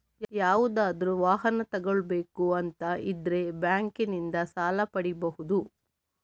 ಯಾವುದಾದ್ರೂ ವಾಹನ ತಗೊಳ್ಬೇಕು ಅಂತ ಇದ್ರೆ ಬ್ಯಾಂಕಿನಿಂದ ಸಾಲ ಪಡೀಬಹುದು